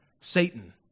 Satan